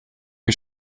ich